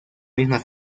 misma